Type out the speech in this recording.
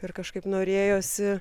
ir kažkaip norėjosi